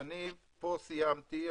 אני פה סיימתי.